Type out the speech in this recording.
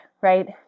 right